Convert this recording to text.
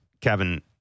Kevin